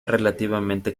relativamente